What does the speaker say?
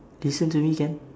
listen to me can